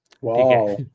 Wow